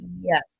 Yes